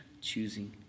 choosing